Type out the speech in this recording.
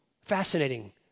Fascinating